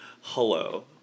Hello